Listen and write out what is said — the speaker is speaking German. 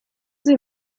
sie